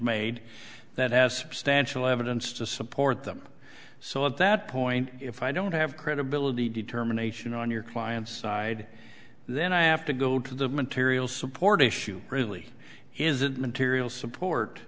made that has substantial evidence to support them so at that point if i don't have credibility determination on your client's side then i have to go to the material support issue really isn't material support